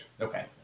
Okay